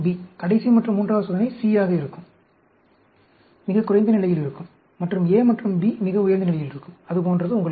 கடைசி மற்றும் மூன்றாவது சோதனை C ஆக இருக்கும் மிகக் குறைந்த நிலையில் இருக்கும் மற்றும் A மற்றும் B மிக உயர்ந்த நிலையில் இருக்கும் அது போன்றது உங்களுக்குத் தெரியும்